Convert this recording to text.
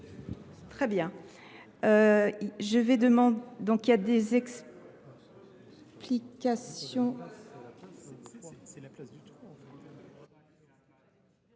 Très bien